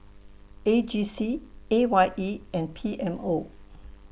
A G C A Y E and P M O